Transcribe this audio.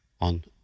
on